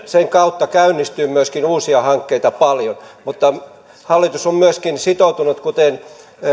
sen kautta käynnistyy myöskin uusia hankkeita paljon mutta hallitus on myöskin sitoutunut kuten